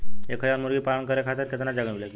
एक हज़ार मुर्गी पालन करे खातिर केतना जगह लागी?